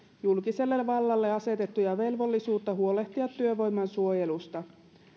julkiselle vallalle asetettua velvollisuutta huolehtia työvoiman suojelusta